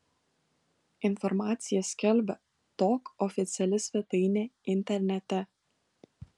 informaciją skelbia tok oficiali svetainė internete